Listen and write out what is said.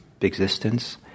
existence